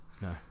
No